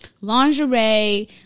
Lingerie